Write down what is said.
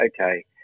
okay